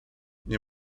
nie